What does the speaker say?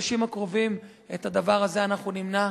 בחודשים הקרובים את הדבר הזה אנחנו נמנע.